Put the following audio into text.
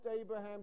Abraham